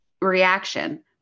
reaction